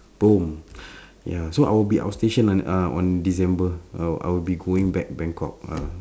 boom ya so I will be outstation on uh on December I will I will be going back bangkok uh